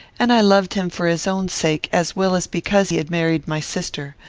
and i loved him for his own sake, as well as because he had married my sister.